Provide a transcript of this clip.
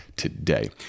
today